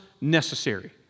necessary